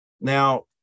now